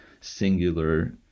singular